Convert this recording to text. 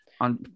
on